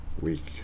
week